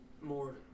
more